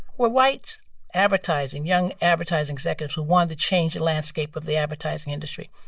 were whites advertising young advertising executives who wanted to change the landscape of the advertising industry.